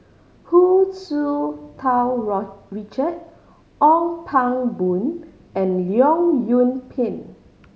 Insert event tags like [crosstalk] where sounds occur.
Hu Tsu Tau [unintelligible] Richard Ong Pang Boon and Leong Yoon Pin